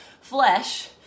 flesh